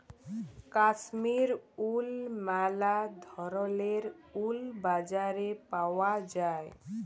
Kashmir wool ম্যালা ধরলের wool বাজারে পাউয়া যায়